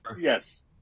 Yes